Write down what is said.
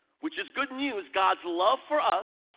which is good news, god's love for us.